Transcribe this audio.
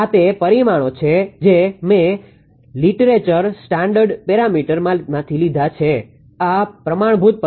આ તે પરિમાણો છે જે મેં લીટરેચર સ્ટાન્ડર્ડ પેરામીટરમાંથી લીધા છે આ પ્રમાણભૂત પરિમાણો છે